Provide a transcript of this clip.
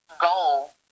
goal